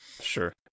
Sure